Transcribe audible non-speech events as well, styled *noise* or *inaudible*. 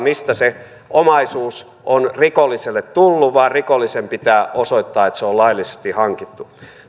*unintelligible* mistä se omaisuus on rikolliselle tullut vaan rikollisen pitää osoittaa että se on laillisesti hankittu